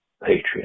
patriot